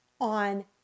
on